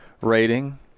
rating